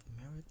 married